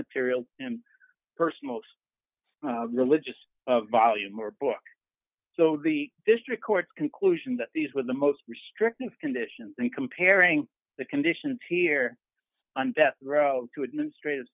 material and personal religious volume or book so the district courts conclusion that these were the most restrictive conditions and comparing the conditions here on death row to administrative